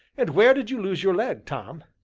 and where did you lose your leg, tom?